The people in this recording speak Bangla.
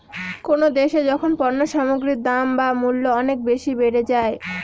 কোনো দেশে যখন পণ্য সামগ্রীর দাম বা মূল্য অনেক বেশি বেড়ে যায়